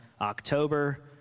October